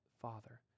Father